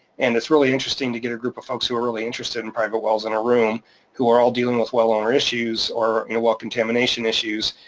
and it's really interesting to get a group of folks who are really interested in private wells in a room who are all dealing with well owner issues, or you know well contamination issues,